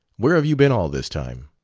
where have you been all this time?